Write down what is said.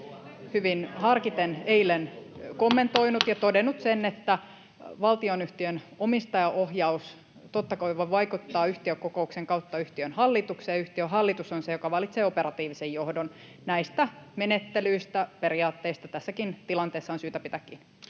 — Puhemies koputtaa] ja todennut sen, että valtionyhtiön omistajaohjaus totta kai voi vaikuttaa yhtiökokouksen kautta yhtiön hallitukseen ja yhtiön hallitus on se, joka valitsee operatiivisen johdon. Näistä menettelyistä, periaatteista tässäkin tilanteessa on syytä pitää kiinni.